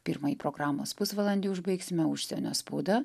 pirmąjį programos pusvalandį užbaigsime užsienio spauda